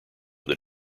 that